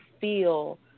feel